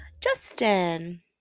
Justin